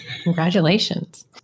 Congratulations